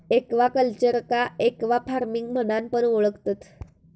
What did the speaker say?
एक्वाकल्चरका एक्वाफार्मिंग म्हणान पण ओळखतत